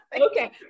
Okay